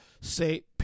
say